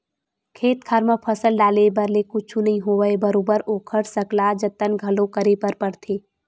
खेत खार म फसल डाले भर ले कुछु नइ होवय बरोबर ओखर सकला जतन घलो करे बर परथे